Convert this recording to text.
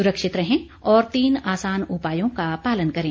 सुरक्षित रहें और तीन आसान उपायों का पालन करें